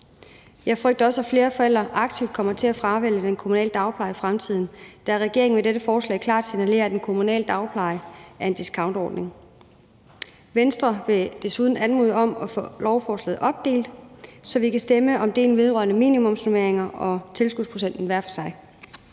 Jeg frygter også, at flere forældre aktivt kommer til at fravælge den kommunale dagpleje i fremtiden, da regeringen med dette forslag klart signalerer, at den kommunale dagpleje er en discountordning. Venstre vil desuden anmode om at få lovforslaget opdelt, så vi kan stemme om delene vedrørende minimumsnormeringer og tilskudsprocenten hver for sig.